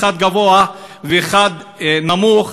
אחד גבוה ואחד נמוך,